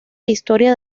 historia